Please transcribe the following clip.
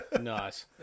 Nice